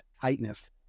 tightness